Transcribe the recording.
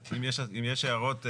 אז אם יש הערות,